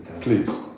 Please